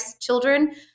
children